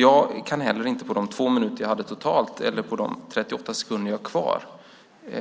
Jag kan heller inte på de två minuter jag hade totalt, än mindre på de 38 sekunder jag har kvar,